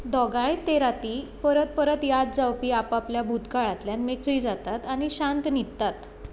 दोगांय ते रातीं परत परत याद जावपी आपापल्या भुतकाळांतल्यान मेकळीं जातात आनी शांत न्हिदतात